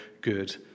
good